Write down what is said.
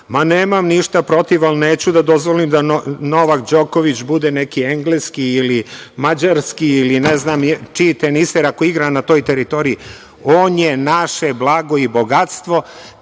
Ma, nemam ništa protiv, ali neću da dozvolim da Novak Đoković bude neki engleski ili mađarski ili ne znam čiji teniser, iako igra na toj teritoriji. On je naše blago i bogatstvo.